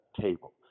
table